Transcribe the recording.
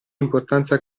importanza